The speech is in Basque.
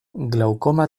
glaukoma